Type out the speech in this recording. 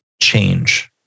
change